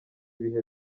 ibihe